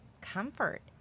comfort